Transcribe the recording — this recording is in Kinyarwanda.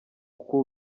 uko